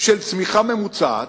של צמיחה ממוצעת,